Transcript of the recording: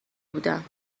بودم